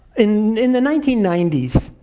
in in the nineteen ninety s,